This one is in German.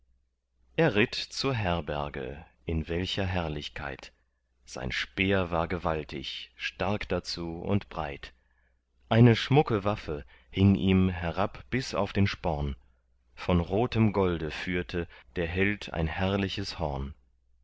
er ritt zur herberge in welcher herrlichkeit sein speer war gewaltig stark dazu und breit eine schmucke waffe hing ihm herab bis auf den sporn von rotem golde führte der held ein herrliches horn